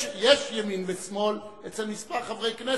יש ימין ושמאל אצל כמה חברי כנסת,